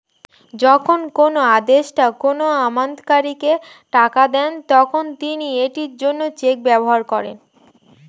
যখন কোনো আদেষ্টা কোনো আমানতকারীকে টাকা দেন, তখন তিনি এটির জন্য চেক ব্যবহার করেন